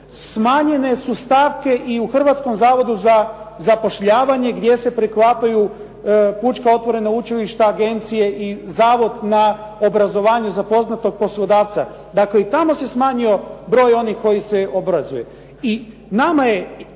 Smanjene su stavke i u Hrvatskom zavodu za zapošljavanje gdje se preklapaju pučka otvorena učilišta, agencije i zavod na obrazovanju za poznatog poslodavca. Dakle, i tamo se smanjio broj onih koji se obrazuje. I nama je